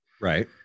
right